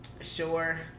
Sure